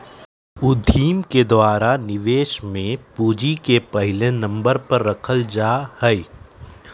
उद्यमि के द्वारा निवेश में पूंजी के पहले नम्बर पर रखल जा हई